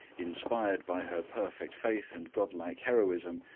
inspired by her perfect faith and godlike heroism,